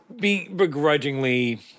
begrudgingly